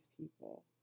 people